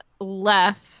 left